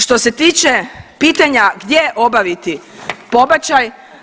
Što se tiče pitanja gdje obaviti pobačaj?